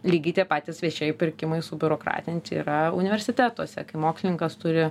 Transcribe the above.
lygiai tie patys viešieji pirkimai subiurokratinti yra universitetuose kai mokslininkas turi